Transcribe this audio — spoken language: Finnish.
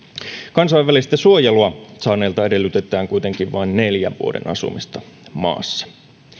kansainvälistä suojelua saaneilta edellytetään kuitenkin vain neljän vuoden asumista maassa